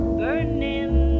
burning